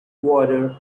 water